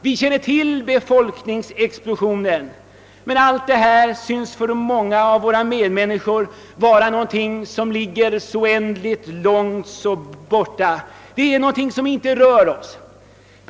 Vi känner till befolkningsexplosionen. Men allt detta tycks för många av oss vara något som ligger så oändligt långt borta, något som inte rör oss.